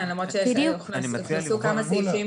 כן, למרות שהוכנסו כמה סעיפים